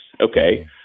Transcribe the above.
Okay